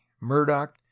murdoch